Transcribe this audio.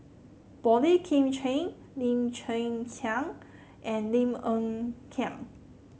Boey Kim Cheng Lim Chwee Chian and Lim Hng Kiang